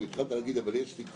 התחלת לדבר על הסיכון ונעצרת.